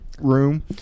room